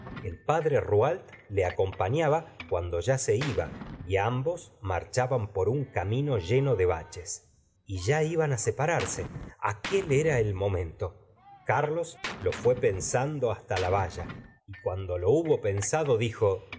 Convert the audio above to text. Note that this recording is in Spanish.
el padre rouault le acompa fiaba cuando ya se iba y ambos marchaban por un camino lleno de baches y ya iban separarse aquel era el momento carlos lo fué pensando hasta la valla y cuando lo hubo pensado dijo